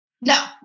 No